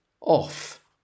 off